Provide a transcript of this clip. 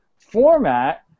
format